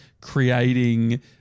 creating